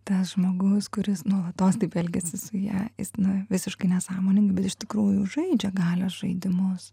tas žmogus kuris nuolatos taip elgiasi su ja jis na visiškai nesąmoningai bet iš tikrųjų žaidžia galios žaidimus